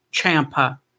Champa